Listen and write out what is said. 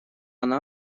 она